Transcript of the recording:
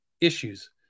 issues